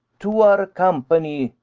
two are company,